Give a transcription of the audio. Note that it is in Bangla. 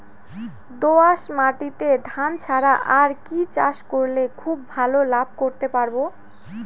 দোয়াস মাটিতে ধান ছাড়া আর কি চাষ করলে খুব ভাল লাভ করতে পারব?